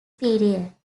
period